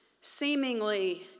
Seemingly